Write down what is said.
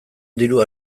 diru